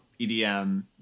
EDM